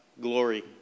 glory